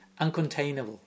uncontainable